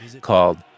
called